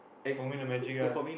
for me the magic ah